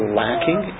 lacking